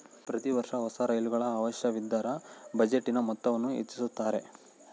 ಪ್ರತಿ ವರ್ಷ ಹೊಸ ರೈಲುಗಳ ಅವಶ್ಯವಿದ್ದರ ಬಜೆಟಿನ ಮೊತ್ತವನ್ನು ಹೆಚ್ಚಿಸುತ್ತಾರೆ